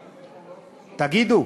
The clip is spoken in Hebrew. תגידו,